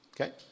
Okay